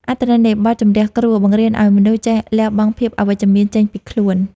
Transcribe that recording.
អត្ថន័យនៃបទ ជម្រះគ្រោះ បង្រៀនឱ្យមនុស្សចេះលះបង់ភាពអវិជ្ជមានចេញពីខ្លួន។